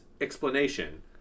explanation